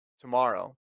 tomorrow